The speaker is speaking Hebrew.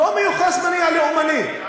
לא מיוחס מניע לאומני.